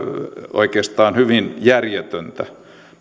oikeastaan hyvin järjetöntä